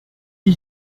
die